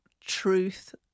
truth